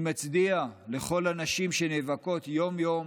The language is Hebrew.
אני מצדיע לכל הנשים שנאבקות יום-יום